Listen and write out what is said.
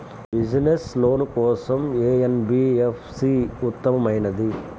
Business loan కోసం ఏ NBFC ఉత్తమమైనది?